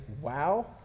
wow